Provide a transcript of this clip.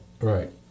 right